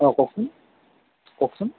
অঁ কওকচোন কওকচোন